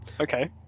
Okay